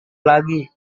lagi